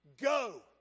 Go